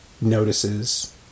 notices